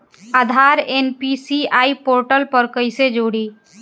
आधार NPCI portal पर कईसे जोड़ी?